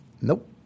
Nope